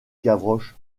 gavroche